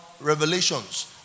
Revelations